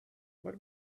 what